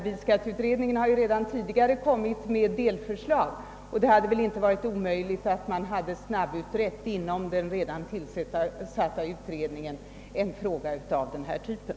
Bilskatteutredningen har ju redan tidigare kommit med delförslag, och det hade väl inte varit omöjligt att den redan tillsatta utredningen hade snabbutrett den här frågan.